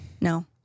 No